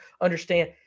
understand